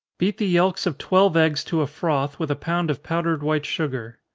beat the yelks of twelve eggs to a froth, with a pound of powdered white sugar.